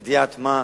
ידיעת-מה,